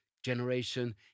generation